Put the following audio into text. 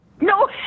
no